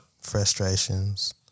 Frustrations